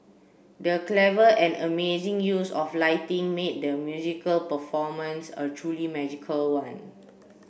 the clever and amazing use of lighting made the musical performance a truly magical one